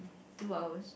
two hours